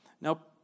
Now